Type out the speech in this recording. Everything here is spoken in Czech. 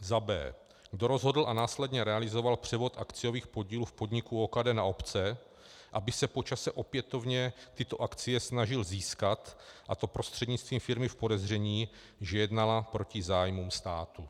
b) Kdo rozhodl a následně realizoval převod akciových podílů v podniku OKD na obce, aby se po čase opětovně tyto akcie snažil získat, a to prostřednictvím firmy v podezření, že jednala proti zájmům státu.